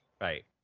Right